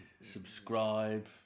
subscribe